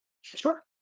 Sure